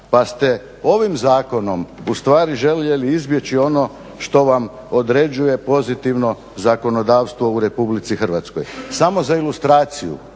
Pa ste ovim zakonom ustvari željeli izbjeći ono što vam određuje pozitivno zakonodavstvo u RH. Samo za ilustraciju,